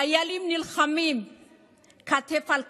חיילים נלחמים כתף אל כתף.